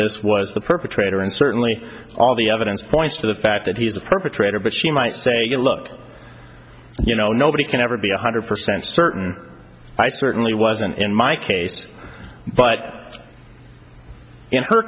this was the perpetrator and certainly all the evidence points to the fact that he's a perpetrator but she might say you look you know nobody can ever be one hundred percent certain i certainly wasn't in my case but in her